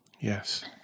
Yes